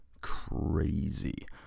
Crazy